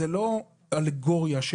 "לתת את הדם" זאת לא אלגוריה,